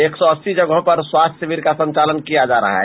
एक सौ अस्सी जगहों पर स्वास्थ्य शिविर का संचालन किया जा रहा है